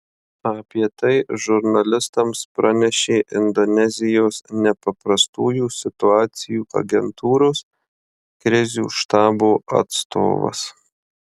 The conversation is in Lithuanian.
apie tai žurnalistams pranešė indonezijos nepaprastųjų situacijų agentūros krizių štabo atstovas